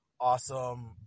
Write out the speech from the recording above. awesome